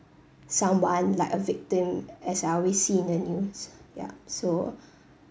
someone like a victim as I always see in the news ya so